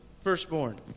firstborn